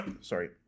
Sorry